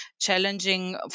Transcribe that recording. challenging